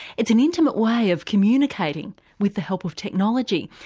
it's an intimate way of communicating with the help of technology.